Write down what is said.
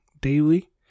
daily